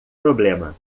problema